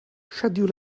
schedule